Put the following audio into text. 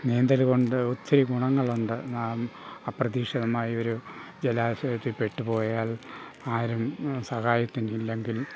നീന്തൽ കൊണ്ട് ഒത്തിരി ഗുണങ്ങൾ ഉണ്ട് അപ്രതീക്ഷിതമായ ഒരു ജലാശയത്തിൽ പെട്ടുപോയാൽ ആരും സഹായത്തിന് ഇല്ലെങ്കിൽ